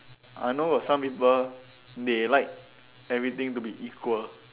I know of some people they like everything to be equal